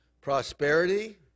Prosperity